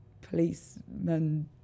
policemen